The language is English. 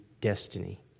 destiny